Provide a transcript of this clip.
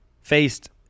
faced